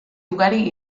ugari